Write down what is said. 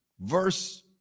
verse